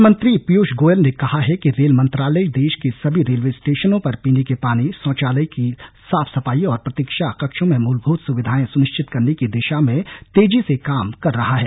rail मंत्री पीयूष गोयल ने कहा है कि रेल मंत्रालय देश के सभी रेलवे स्टेशनों पर पीने के पानी शौचालय की साफ सफाई और प्रतीक्षा कक्षों में मूलभूत सुविधाएं सुनिश्चित करने की दिशा में तेजी से काम कर रहा है